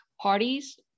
parties